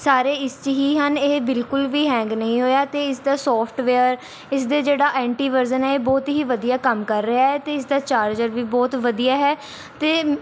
ਸਾਰੇ ਇਸ 'ਚ ਹੀ ਹਨ ਇਹ ਬਿਲਕੁਲ ਵੀ ਹੈਂਗ ਨਹੀਂ ਹੋਇਆ ਅਤੇ ਇਸਦਾ ਸੋਫਟਵੇਅਰ ਇਸਦੇ ਜਿਹੜਾ ਐਂਟੀ ਵਰਜ਼ਨ ਹੈ ਇਹ ਬਹੁਤ ਹੀ ਵਧੀਆ ਕੰਮ ਕਰ ਰਿਹਾ ਹੈ ਅਤੇ ਇਸਦਾ ਚਾਰਜਰ ਵੀ ਬਹੁਤ ਵਧੀਆ ਹੈ ਅਤੇ